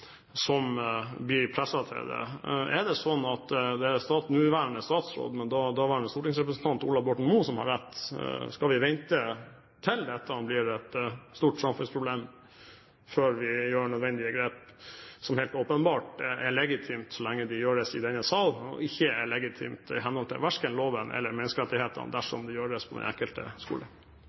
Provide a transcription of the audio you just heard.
som blir presset til det. Er det sånn at det er nåværende statsråd, daværende stortingsrepresentant Ola Borten Moe som har rett – skal vi vente til dette blir et stort samfunnsproblem før vi tar nødvendige grep, noe som helt åpenbart er legitimt så lenge det gjøres i denne sal, og ikke er legitimt i henhold til verken loven eller menneskerettighetene dersom det gjøres ved den enkelte skole?